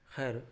خیر